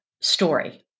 story